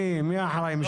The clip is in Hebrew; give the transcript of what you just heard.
מי אחראי משפטית?